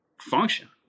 function